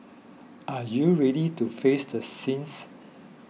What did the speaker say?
are you ready to face the sins